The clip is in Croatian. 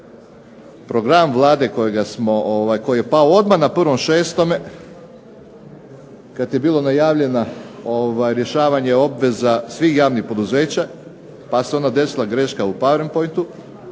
program Vlade koji je pao odmah na 1.6. kad je bilo najavljeno rješavanje obveza svih javnih poduzeća pa se onda desila greška u powerpointu.